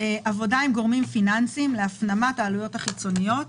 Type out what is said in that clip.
עבודה עם גורמים פיננסיים להפנמת העלויות החיצוניות,